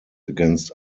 against